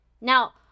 Now